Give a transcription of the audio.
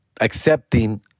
accepting